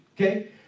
Okay